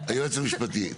היועץ המשפטי.